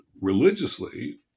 religiously